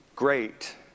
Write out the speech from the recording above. great